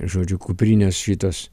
žodžiu kuprinės šitos